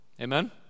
Amen